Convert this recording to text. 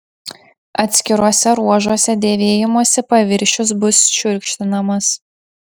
atskiruose ruožuose dėvėjimosi paviršius bus šiurkštinamas